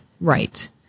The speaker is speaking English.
Right